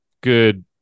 good